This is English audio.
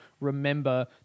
remember